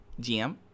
GM